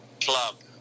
club